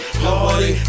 party